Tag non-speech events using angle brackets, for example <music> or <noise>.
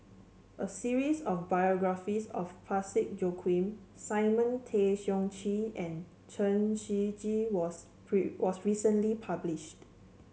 a series of biographies about Parsick Joaquim Simon Tay Seong Chee and Chen Shiji was <unintelligible> was recently published